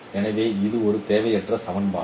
எனவே இது ஒரு தேவையற்ற சமன்பாடு